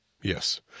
Yes